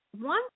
one